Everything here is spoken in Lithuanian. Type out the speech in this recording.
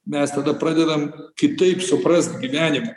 mes tada pradedam kitaip suprast gyvenimą